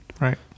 Right